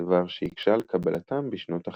דבר שהקשה על קבלתם בשנות ה-50.